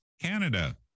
Canada